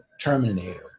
Terminator